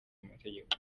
amategeko